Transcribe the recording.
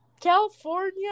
California